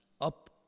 up